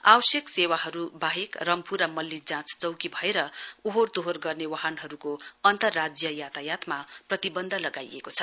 आवश्यक सेवाहरूका बाहेक रम्फु र मल्ली जाँच चौकी भएर ओहोर दोहोर गर्नो बाहनहरूको अन्तर्राज्य यातायातमा प्रतिबन्ध लगाइएको छ